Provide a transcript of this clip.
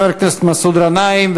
חבר הכנסת מסעוד גנאים,